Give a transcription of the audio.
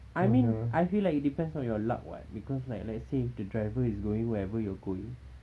I mean I feel like it depends on your luck [what] because like let's say the driver is going wherever you're going